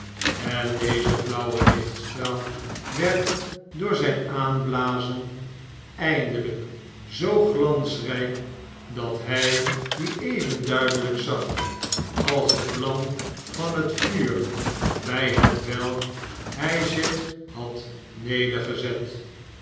en deze flauwe lichtstraal werd door zijn aanblazeneindelijk zoo glansrijk dat hij dien even duidelijk zag als de vlara van het vuur bij hetwelk hij zich had